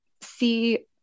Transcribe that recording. see